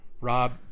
Rob